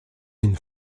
une